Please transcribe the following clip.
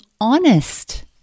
honest